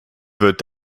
wird